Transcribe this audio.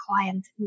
client